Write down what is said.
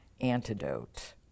Antidote